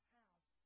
house